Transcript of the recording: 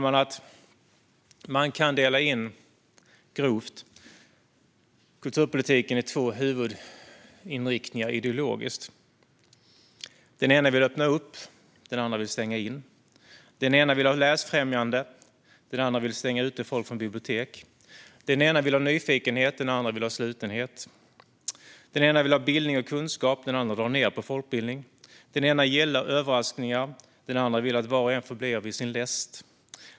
Man kan grovt dela in kulturpolitiken i två huvudinriktningar ideologiskt. Den ena vill öppna upp, och den andra vill stänga in. Den ena vill ha läsfrämjande, och den andra vill stänga folk ute från biblioteken. Den ena vill ha nyfikenhet, och den andra vill ha slutenhet. Den ena vill ha bildning och kunskap, och den andra drar ned på folkbildning. Den ena gillar överraskningar, och den andra vill att var och en blir vid sin läst.